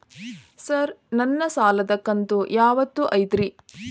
Sir ನನ್ನ ಸಾಲದ ಕಂತು ಯಾವತ್ತೂ ಐತ್ರಿ?